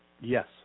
Yes